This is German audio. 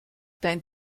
dein